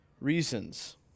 reasons